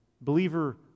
Believer